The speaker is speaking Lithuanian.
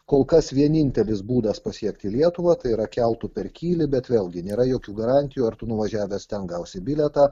kol kas vienintelis būdas pasiekti lietuvą tai yra keltu per kylį bet vėlgi nėra jokių garantijų ar tu nuvažiavęs ten gausi bilietą